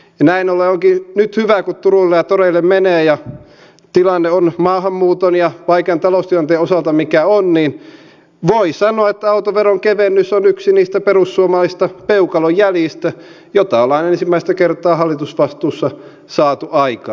näin ollen onkin hyvä kun nyt turuille ja toreille menee ja tilanne on maahanmuuton ja vaikean taloustilanteen osalta mikä on että voi sanoa että autoveron kevennys on yksi niistä perussuomalaisista peukalonjäljistä mikä on ensimmäistä kertaa hallitusvastuussa ollessa saatu aikaan